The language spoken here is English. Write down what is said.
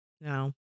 No